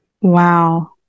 Wow